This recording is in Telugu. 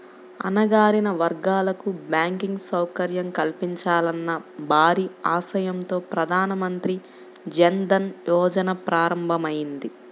అణగారిన వర్గాలకు బ్యాంకింగ్ సౌకర్యం కల్పించాలన్న భారీ ఆశయంతో ప్రధాన మంత్రి జన్ ధన్ యోజన ప్రారంభమైంది